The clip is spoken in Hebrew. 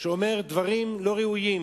שאומר דברים לא ראויים.